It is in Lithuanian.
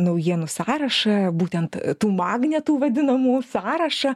naujienų sąrašą būtent tų magnetų vadinamų sąrašą